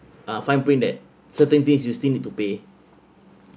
a fine print that certain things you still need to pay